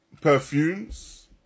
perfumes